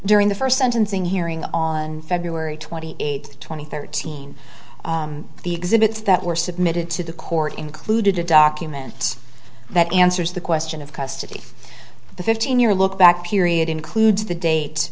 during the first sentencing hearing on february twenty eighth two thousand and thirteen the exhibits that were submitted to the court included a document that answers the question of custody the fifteen year lookback period includes the date